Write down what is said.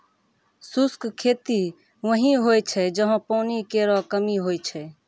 शुष्क खेती वहीं होय छै जहां पानी केरो कमी होय छै